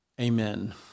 Amen